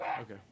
Okay